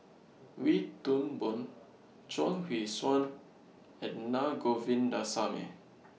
Wee Toon Boon Chuang Hui Tsuan and Naa Govindasamy